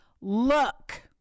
Look